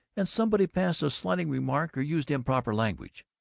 and somebody passed a slighting remark or used improper language.